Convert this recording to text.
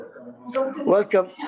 Welcome